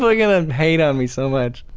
going going to hate on me so much.